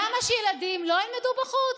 למה שילדים לא ילמדו בחוץ?